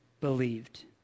believed